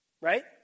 right